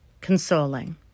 consoling